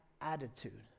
attitude